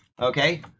okay